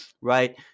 Right